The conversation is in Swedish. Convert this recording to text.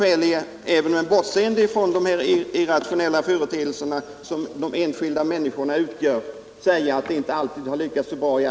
Även med bortseende från de irrationella företeelser som de enskilda människorna utgör finns det skäl att säga att man inte alltid har lyckats så bra.